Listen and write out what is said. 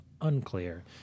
unclear